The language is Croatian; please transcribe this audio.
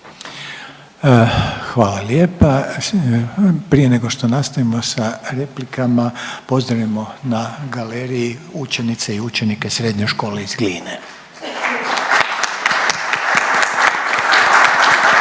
Hvala lijepa. Prije nego što nastavimo sa replikama pozdravimo na galeriji učenice i učenike Srednje škole iz Gline.